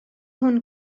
hwn